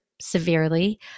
severely